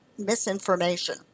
misinformation